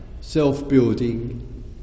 self-building